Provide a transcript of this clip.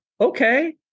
okay